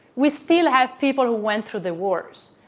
we still have people who went through the wars,